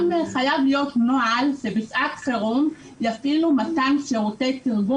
גם חייב להיות נוהל שבשעת חירום יפעילו מתן שירותי תרגום